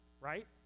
right